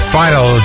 final